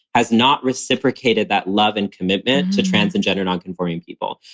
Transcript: has not reciprocated that love and commitment to trans and gender nonconforming people,